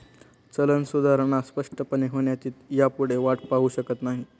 चलन सुधारणा स्पष्टपणे होण्याची ह्यापुढे वाट पाहु शकत नाही